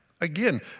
again